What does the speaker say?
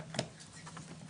(מקרינה שקף,